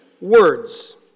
words